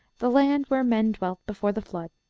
the land where men dwelt before the flood.